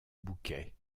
bouquet